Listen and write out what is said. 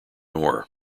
ore